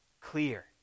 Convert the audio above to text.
clear